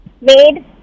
made